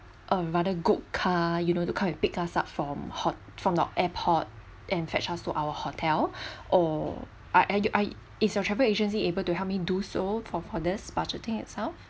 a rather good car you know the car you pick us up from hot from the airport and fetch us to our hotel or are you are is your travel agency able to help me do so for for this budgeting itself